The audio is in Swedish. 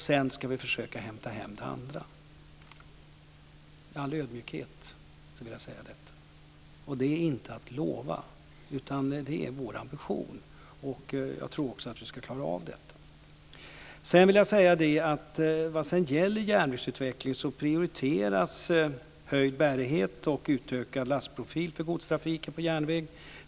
Sedan ska vi försöka hämta hem det andra. Detta vill jag säga i all ödmjukhet. Det är inte att lova, utan det är vår ambition. Jag tror också att vi ska klara av det. När det gäller järnvägsutveckling prioriteras höjd bärighet och utökad lastprofil för godstrafiken på järnväg.